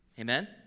Amen